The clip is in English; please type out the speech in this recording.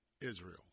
Israel